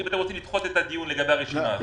אם אתם רוצים לדחות את הדיון לגבי הרשימה הזאת,